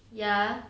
ya